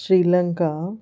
Sri Lanka